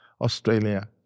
Australia